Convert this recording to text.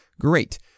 Great